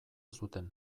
zuten